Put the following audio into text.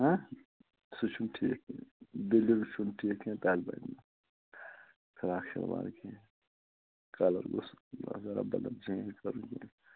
سُہ چھُنہٕ ٹھیٖک کیٚنٛہہ بِل بِل چھُنہٕ ٹھیٖک کیٚنٛہہ تَتھ بَنہِ نہٕ فِراکھ شِلوار کیٚنٛہہ کَلر گوٚژھ ذَرا بَدل چینج کَرُن